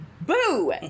boo